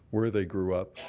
where they grew up,